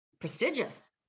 prestigious